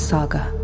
Saga